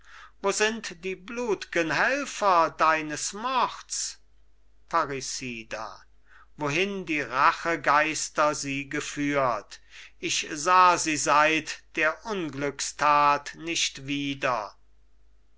wo sind die blut'gen helfer deines mords parricida wohin die rachegeister sie geführt ich sah sie seit der unglückstat nicht wieder